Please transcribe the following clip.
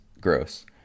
gross